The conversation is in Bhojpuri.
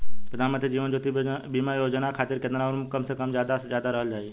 प्रधानमंत्री जीवन ज्योती बीमा योजना खातिर केतना उम्र कम से कम आ ज्यादा से ज्यादा रहल चाहि?